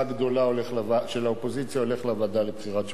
הגדולה של האופוזיציה הולך לוועדה לבחירת שופטים.